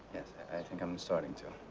i think i am starting to.